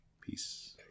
Peace